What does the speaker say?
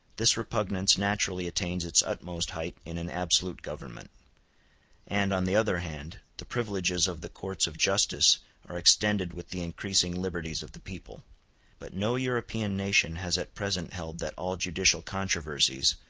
this repugnance naturally attains its utmost height in an absolute government and, on the other hand, the privileges of the courts of justice are extended with the increasing liberties of the people but no european nation has at present held that all judicial controversies,